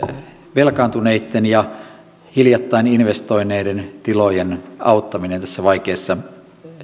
velkaantuneitten ja hiljattain investoineiden tilojen auttaminen tässä vaikeassa